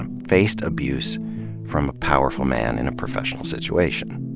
and faced abuse from a powerful man in a professional situation.